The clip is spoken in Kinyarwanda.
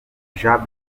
jean